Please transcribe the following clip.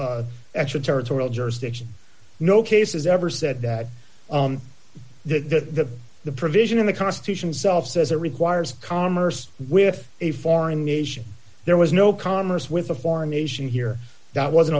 allow extraterritorial jurisdiction no cases ever said that the the provision in the constitution itself says it requires commerce with a foreign nation there was no commerce with a foreign nation here that was